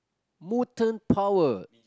mutant power